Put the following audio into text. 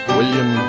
William